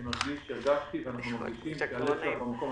אנחנו מרגישים שאת במקום הנכון.